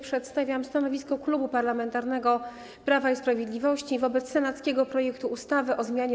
Przedstawiam stanowisko Klubu Parlamentarnego Prawo i Sprawiedliwość wobec senackiego projektu ustawy o zmianie